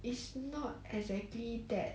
that